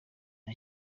nta